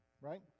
right